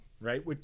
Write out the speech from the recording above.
Right